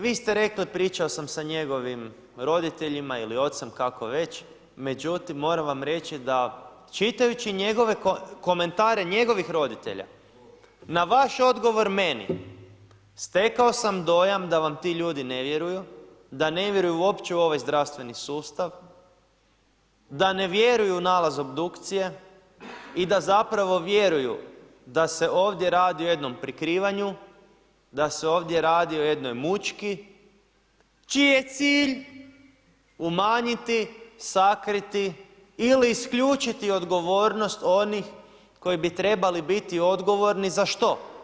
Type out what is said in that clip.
Vi ste rekli, pričao sam sa njegovim roditeljima ili ocem, kako već, međutim moram vam reći da čitajući njegove komentare njegovih roditelja na vaš odgovor meni stekao sam dojam da vam ti ljudi ne vjeruju, da ne vjeruju uopće u ovaj zdravstveni sustav, da ne vjeruju u nalaz obdukcije i da zapravo vjeruju da se ovdje radi o jednom prikrivanju, da se ovdje radi o jednoj mučki čiji je cilj umanjiti, sakriti ili isključiti odgovornost onih koji bi trebali biti odgovorni za što?